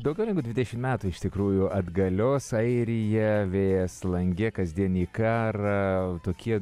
daugiau negu dvidešimt metų iš tikrųjų atgalios airija vėjas lange kasdien į karą tokie